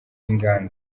inganda